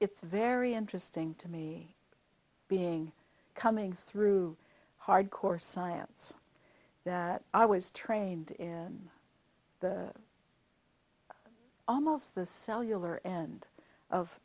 it's very interesting to me being coming through hard core science that i was trained in the almost the cellular end of